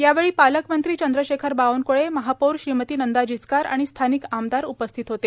यावेळी पालकमंत्री चंद्रशेखर बावनक्ळे महापौर श्रीमती नंदा जिचकार आणि स्थानिक आमदार उपस्थित होते